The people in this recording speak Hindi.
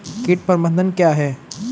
कीट प्रबंधन क्या है?